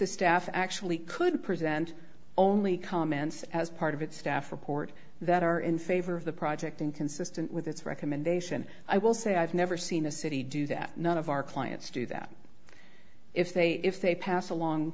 the staff actually could present only comments as part of its staff report that are in favor of the project and consistent with its recommendation i will say i've never seen a city do that none of our clients do that if they if they pass along